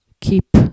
keep